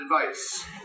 advice